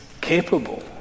capable